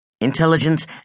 Intelligence